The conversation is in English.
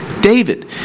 David